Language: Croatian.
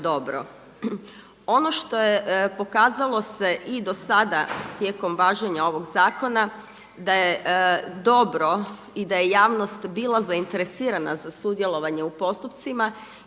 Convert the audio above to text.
Ono što je pokazalo se i do sada tijekom važenja ovog zakona da je dobro i da je javnost bila zainteresirana za sudjelovanje u postupcima